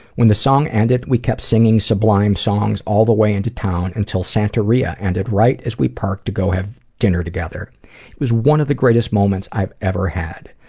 when the song ended, we kept singing sublime songs all the way into town until santeria ended right as we parked to go have dinner together. it was one of the greatest moments i've ever had.